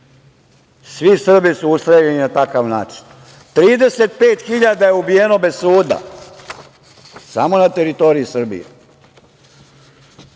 Srbi su ustreljeni na takav način; 35.000 je ubijeno bez suda, samo na teritoriji Srbije,